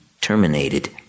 terminated